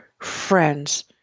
Friends